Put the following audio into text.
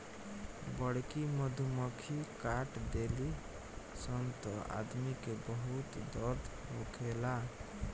बड़की मधुमक्खी काट देली सन त आदमी के बहुत दर्द होखेला